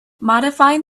modifying